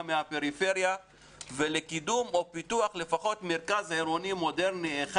מהפריפריה ולקידום או פיתוח מרכז עירוני מודרני אחד,